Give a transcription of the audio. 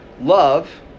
Love